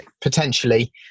potentially